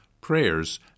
prayers